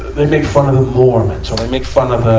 they make fun of the mormons or they make fun of the,